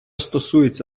стосується